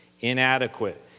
inadequate